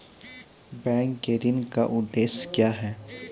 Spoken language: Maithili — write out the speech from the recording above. बैंक के ऋण का उद्देश्य क्या हैं?